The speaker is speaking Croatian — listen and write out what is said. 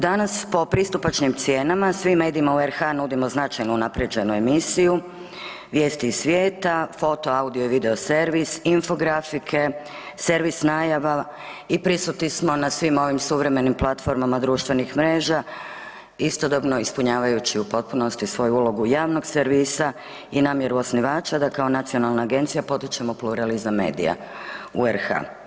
Danas po pristupačnim cijenama svima u RH nudimo značajno unaprijeđenu emisiju, vijesti iz svijeta, foto, audio i video servis, infografike, servis najava i prisutni smo na svim ovim suvremenim platformama društvenih mreža, istodobno ispunjavajući u potpunosti svoju ulogu javnog servisa i namjeru osnivača da kao nacionalna agencija potičemo pluralizam medija u RH.